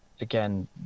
again